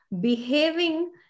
behaving